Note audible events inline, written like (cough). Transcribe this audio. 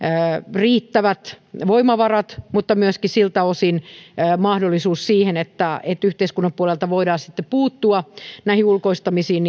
riittävät voimavarat mutta myöskin siltä osin on otettava vakavasti mahdollisuus siihen että yhteiskunnan puolelta voidaan puuttua näihin ulkoistamisiin (unintelligible)